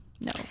No